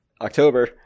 October